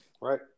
Right